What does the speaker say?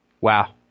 Wow